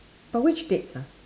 but which dates ah